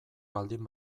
baldin